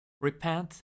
Repent